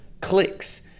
clicks